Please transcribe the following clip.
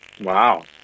Wow